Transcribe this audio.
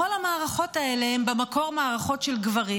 כל המערכות האלה הן במקור מערכות של גברים,